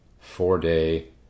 four-day